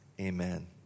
amen